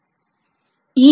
rgP rP k3 ES V